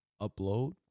upload